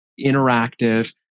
interactive